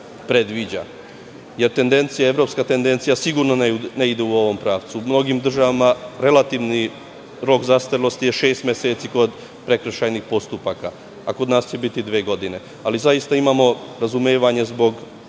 predviđa. Evropska tendencija sigurno ne ide u ovom pravcu. U mnogim državama relativni rok zastarelosti je šest meseci kod prekršajnih postupaka, a kod nas će biti dve godine. Zaista imamo razumevanja zbog